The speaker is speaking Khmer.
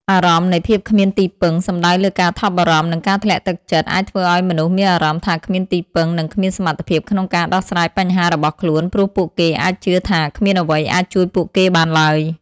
អារម្មណ៍នៃភាពគ្មានទីពឹង សំដៅលើការថប់បារម្ភ និងការធ្លាក់ទឹកចិត្តអាចធ្វើឱ្យមនុស្សមានអារម្មណ៍ថាគ្មានទីពឹង និងគ្មានសមត្ថភាពក្នុងការដោះស្រាយបញ្ហារបស់ខ្លួនព្រោះពួកគេអាចជឿថាគ្មានអ្វីអាចជួយពួកគេបានឡើយ។